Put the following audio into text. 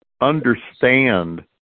understand